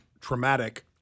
traumatic